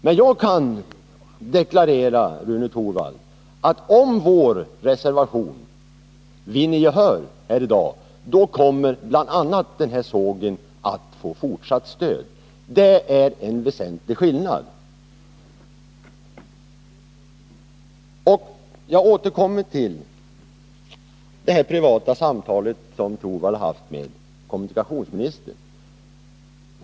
Men jag kan deklarera, Rune Torwald, att om vår reservation vinner gehör här i dag, så kommer bl.a. den här sågen att få fortsatt stöd. Det är en väsentlig skillnad. Jag återkommer till det privata samtal som Rune Torwald säger sig ha haft med kommunikationsministern.